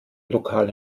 lokal